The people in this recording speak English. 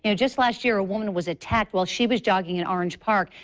you know just last year a woman was attacked while she was jogging in orange park.